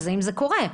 האם זה קורה?